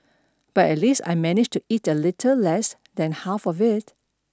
but at least I managed to eat a little less than half of it